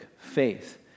faith